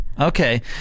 Okay